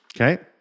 Okay